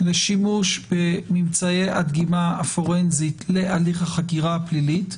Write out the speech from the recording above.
לשימוש בממצאי הדגימה הפורנזית להליך החקירה הפלילית,